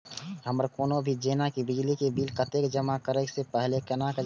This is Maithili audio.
हमर कोनो भी जेना की बिजली के बिल कतैक जमा करे से पहीले केना जानबै?